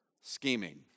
scheming